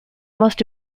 most